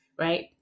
right